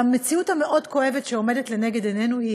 והמציאות המאוד-כואבת שעומדת לנגד עינינו היא